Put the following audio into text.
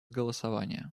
голосования